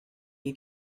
you